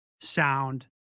sound